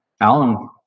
Alan